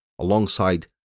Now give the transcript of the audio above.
alongside